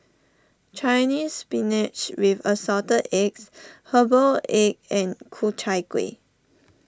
Chinese Spinach with Assorted Eggs Herbal Egg and Ku Chai Kuih